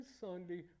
Sunday